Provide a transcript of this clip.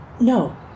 No